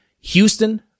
Houston